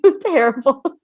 terrible